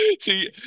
See